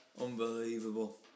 Unbelievable